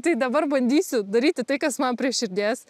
tai dabar bandysiu daryti tai kas man prie širdies